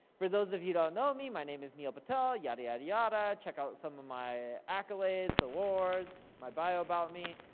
for those of you who don't know me, my name is neil patel, yada, yada, yada. check out some of my accolades, awards, my bio about me.